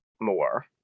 more